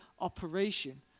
operation